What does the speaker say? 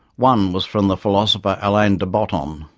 one was from the philosopher alain de botton um